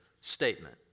statement